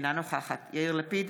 אינה נוכחת יאיר לפיד,